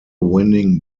winning